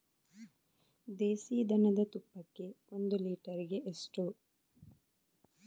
ದೇಸಿ ದನದ ತುಪ್ಪಕ್ಕೆ ಒಂದು ಲೀಟರ್ಗೆ ಎಷ್ಟು?